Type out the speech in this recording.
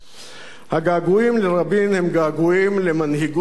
הגעגועים לרבין הם געגועים למנהיגות מסוג אחר,